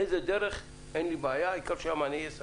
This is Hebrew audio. איזה דרך, אין לי בעיה, העיקר שהמענה יהיה סביר.